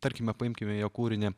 tarkime paimkime jo kūrinį